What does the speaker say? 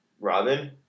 Robin